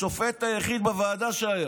השופט היחיד שהיה בוועדה,